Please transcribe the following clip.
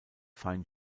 fein